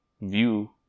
view